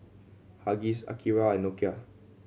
Huggies Akira and Nokia